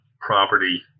property